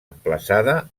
emplaçada